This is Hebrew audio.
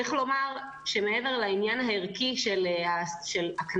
צריך לומר שמעבר לעניין הערכי של הקניית